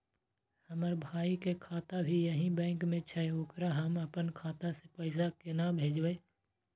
हमर भाई के खाता भी यही बैंक में छै ओकरा हम अपन खाता से पैसा केना भेजबै?